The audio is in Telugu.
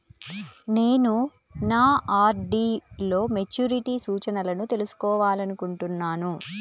నేను నా ఆర్.డీ లో మెచ్యూరిటీ సూచనలను తెలుసుకోవాలనుకుంటున్నాను